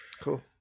Cool